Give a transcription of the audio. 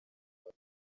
kwa